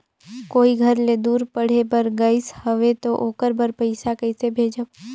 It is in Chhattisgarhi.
कोई घर ले दूर पढ़े बर गाईस हवे तो ओकर बर पइसा कइसे भेजब?